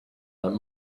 that